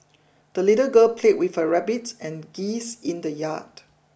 the little girl played with her rabbit and geese in the yard